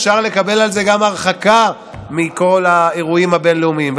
אפשר לקבל על זה גם הרחקה מכל האירועים הבין-לאומיים,